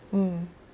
mm